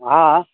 હા હા